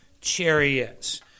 chariots